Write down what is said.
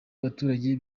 abaturage